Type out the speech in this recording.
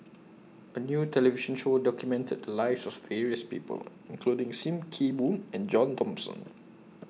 A New television Show documented The Lives of various People including SIM Kee Boon and John Thomson